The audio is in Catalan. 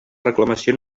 reclamació